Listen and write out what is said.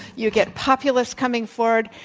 you get populists coming forward,